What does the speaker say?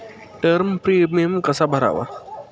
Term premium कसा भरावा?